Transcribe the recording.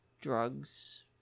drugs